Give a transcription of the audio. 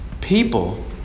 People